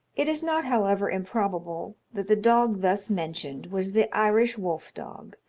it is not, however, improbable, that the dog thus mentioned was the irish wolf-dog,